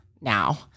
now